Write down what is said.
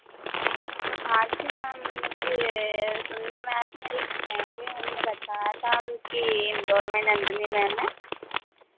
हाँ जी मैम मुझे सुनने में आया था मेरी एक फ्रेंड है उन्होंने बताया था कि इंदौर में नंदिनी मैम है